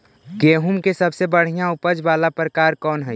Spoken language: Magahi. गेंहूम के सबसे बढ़िया उपज वाला प्रकार कौन हई?